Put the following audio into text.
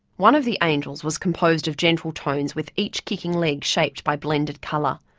one of the angels was composed of gentle tones with each kicking leg shaped by blended colour.